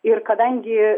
ir kadangi